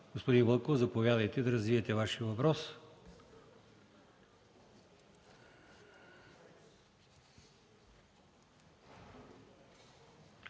Господин Вълков, заповядайте да развиете Вашия въпрос.